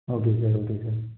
okay sir okay sir